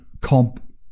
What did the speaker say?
comp